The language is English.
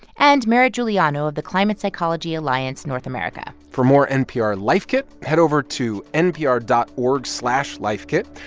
and meritt juliano of the climate psychology alliance north america for more npr life kit, head over to npr dot org slash lifekit.